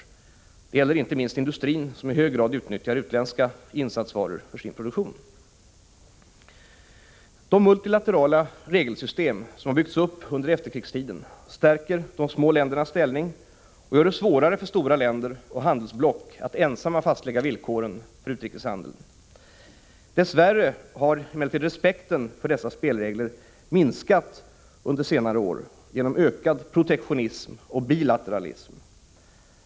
Detta gäller inte minst industrin som i hög grad utnyttjar utländska insatsvaror för sin produktion. De multilaterala regelsystem som byggts upp under efterkrigstiden stärker de små ländernas ställning och gör det svårare för stora länder och handelsblock att ensamma fastlägga villkoren för utrikeshandeln. Dess värre har emellertid respekten för dessa spelregler minskat under senare år genom ökad protektionism och bilateralism.